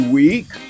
week